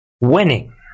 winning